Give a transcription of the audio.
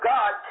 God